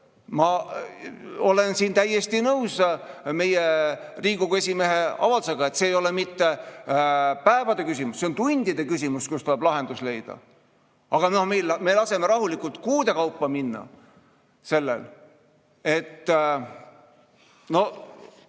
ma olen siin täiesti nõus meie Riigikogu esimehe avaldusega, et see ei ole mitte päevade küsimus, vaid see on tundide küsimus, kui tuleb lahendus leida. Aga me laseme sel rahulikult kuude kaupa minna.